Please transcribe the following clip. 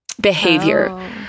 behavior